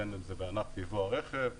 בין אם זה בענף יבוא הרכב,